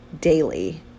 daily